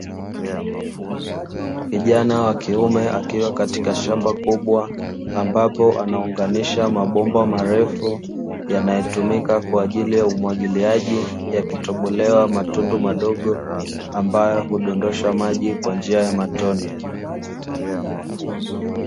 Kijana wa kiume akiwa katika shamba kubwa ambapo anaunganisha mabomba marefu yanayotumika kwa ajili ya umwagiliaji yakitobolewa matundu madogo, ambayo hudondosha maji kwa njia ya matone.